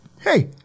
Hey